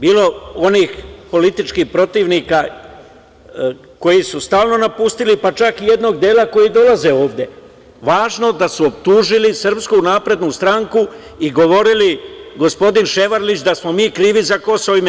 Bilo je onih političkih protivnika koji su stalno napustili, pa čak i jednog dela koji dolaze ovde, važno je da su optužili Srpsku naprednu stranku i govorili, gospodin Ševarlić, da smo mi krivi za KiM.